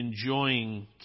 enjoying